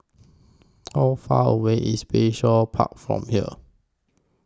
How Far away IS Bayshore Park from here